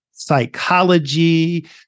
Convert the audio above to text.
Psychology